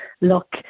Look